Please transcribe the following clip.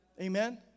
Amen